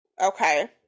Okay